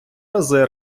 рази